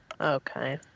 Okay